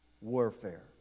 warfare